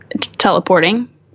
teleporting